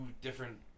different